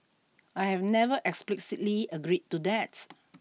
I have never explicitly agreed to that